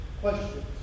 questions